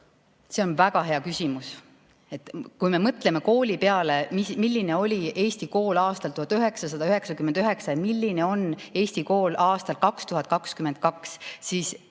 See on väga hea küsimus. Kui me mõtleme kooli peale, sellele, milline oli Eesti kool aastal 1999 ja milline on Eesti kool aastal 2022, siis